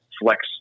flex